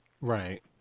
Right